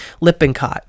Lippincott